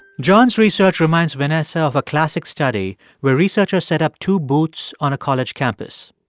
john's research reminds vanessa of a classic study where researchers set up two booths on a college campus.